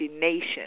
Nation